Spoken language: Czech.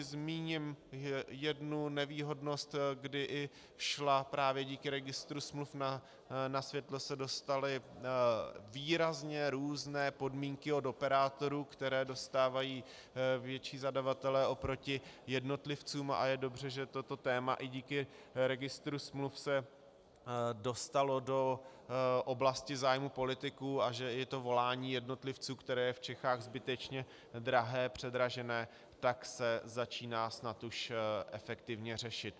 Zmíním jednu nevýhodnost, kdy i šla právě díky registru smluv, na světlo se dostaly výrazně různé podmínky od operátorů, které dostávají větší zadavatelé oproti jednotlivcům, a je dobře, že toto téma i díky registru smluv se dostalo do oblasti zájmu politiků a že je to volání jednotlivců, které je v Čechách zbytečně drahé, předražené, tak se začíná snad už efektivně řešit.